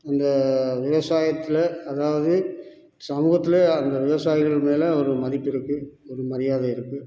இந்த விவசாயத்தில் அதாவது சமூகத்துலேயே அந்த விவசாயிகள் மேலே ஒரு மதிப்பு இருக்குது ஒரு மரியாதை இருக்குது